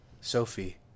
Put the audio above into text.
Sophie